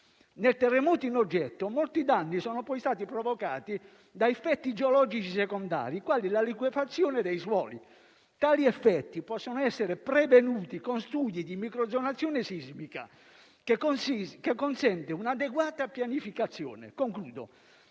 Nel terremoto in oggetto molti danni sono poi stati provocati da effetti geologici secondari, quali la liquefazione dei suoli. Tali effetti possono essere prevenuti con studi di microzonazione sismica, che consente un'adeguata pianificazione. Occorre